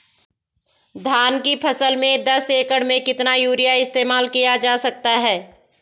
धान की फसल में दस एकड़ में कितना यूरिया इस्तेमाल किया जा सकता है?